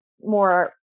more